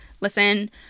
listen